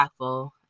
impactful